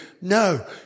no